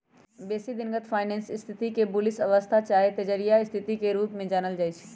बेशी दिनगत फाइनेंस स्थिति के बुलिश अवस्था चाहे तेजड़िया स्थिति के रूप में जानल जाइ छइ